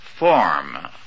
Form